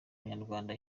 abanyarwanda